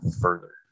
further